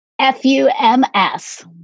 F-U-M-S